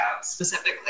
specifically